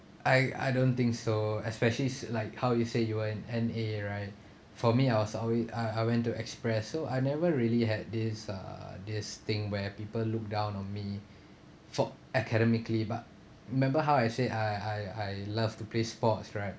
I I don't think so especially s~ like how you say you were in N_A right for me I was always I I went to express so I never really had this uh this thing where people look down on me for academically but remember how I say I I I love to play sports right